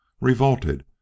revolted